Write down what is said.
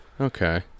Okay